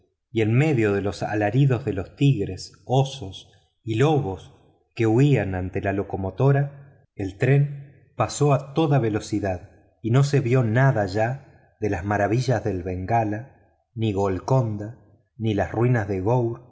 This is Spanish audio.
y en medio de los rugidos de los tigres osos y lobos que huían ante la locomotora el tren pasó a toda velocidad y no se vio nada ya de las maravillas de bengala ni golconda ni las ruinas de gour